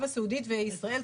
ערב הסעודית וישראל.